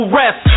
rest